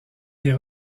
des